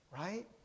right